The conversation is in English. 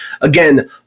Again